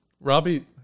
Robbie